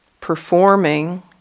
performing